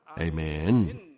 Amen